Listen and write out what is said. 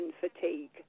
fatigue